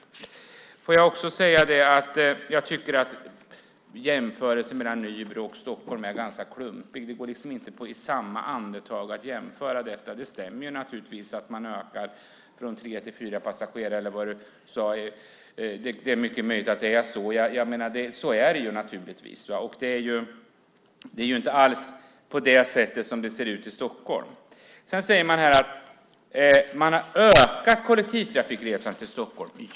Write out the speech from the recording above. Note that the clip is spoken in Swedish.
En jämförelse mellan Nybro och Stockholm är ganska klumpig. Det går inte att i samma andetag jämföra dessa. Det stämmer att man ökar från tre till fyra passagerare, eller vad Malin Löfsjögård sade. Så är det naturligtvis. Men det ser inte alls ut på det sättet i Stockholm. Man säger att kollektivtrafikresandet i Stockholm har ökat.